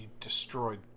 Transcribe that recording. destroyed